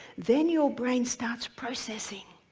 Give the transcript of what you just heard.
then your brain starts processing,